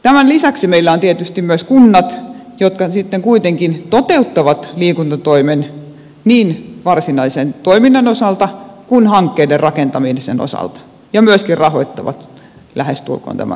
tämän lisäksi meillä on tietysti myös kunnat jotka sitten kuitenkin toteuttavat liikuntatoimen niin varsinaisen toiminnan osalta kuin hankkeiden rakentamisen osalta ja myöskin rahoittavat lähestulkoon tämän kaiken